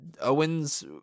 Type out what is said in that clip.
Owens